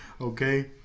Okay